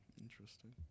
Interesting